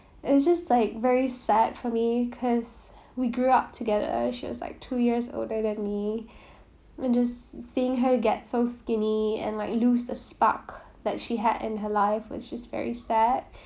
is just like very sad for me because we grew up together as she’s like two years older than me and just seeing her get so skinny and like lose the spark that she had in her life which is very sad